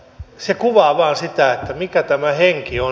se kuvaa vain sitä mikä tämä henki on